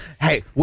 Hey